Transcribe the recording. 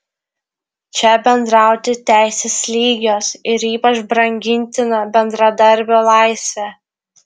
čia bendrauti teisės lygios ir ypač brangintina bendradarbio laisvė